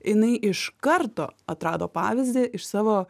jinai iš karto atrado pavyzdį iš savo